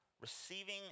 Receiving